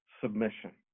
submission